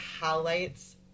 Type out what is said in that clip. highlights